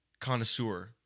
connoisseur